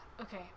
Okay